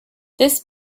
this